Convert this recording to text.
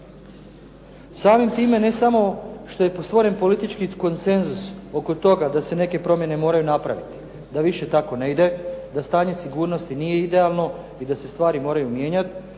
Samim time ne samo što je stvoren politički konsenzus oko toga da se neke promjene moraju napraviti, da više tako ne ide, da stanje sigurnosti nije idealno i da se stvari moraju mijenjati.